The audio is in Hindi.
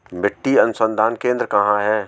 मिट्टी अनुसंधान केंद्र कहाँ है?